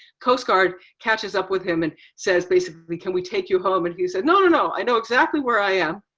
coast guard catches up with him and says, basically we can we take you home? and he said, no, no no. i know exactly where i am.